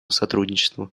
сотрудничеству